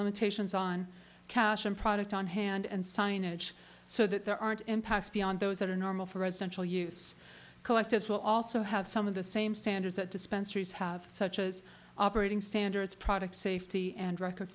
limitations on cashing product on hand and signage so that there aren't impacts beyond those that are normal for residential use collectives will also have some of the same standards that dispensers have such as operating standards product safety and record